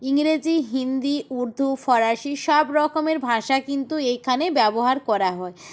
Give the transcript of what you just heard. ইংরেজি হিন্দি উর্দু ফরাসি সবরকমের ভাষা কিন্তু এইখানে ব্যবহার করা হয়